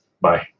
Bye